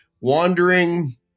wandering